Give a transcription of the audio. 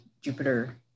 Jupiter